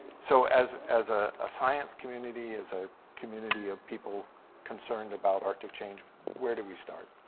so, as as ah a science community, as a community of people concerned about arctic change, where do we start?